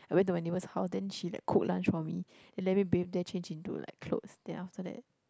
I went to my neighbour's house then she like cook lunch for me then let me bathe there change into like clothes then after that